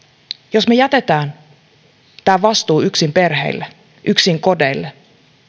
jos me jätämme tämän vastuun yksin perheille yksin kodeille